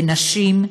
בנשים,